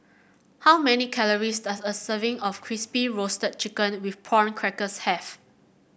how many calories does a serving of Crispy Roasted Chicken with Prawn Crackers have